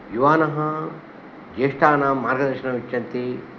युवानः ज्येष्ठानां मार्गदर्शनमिच्छन्ति